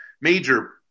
major